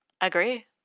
Agree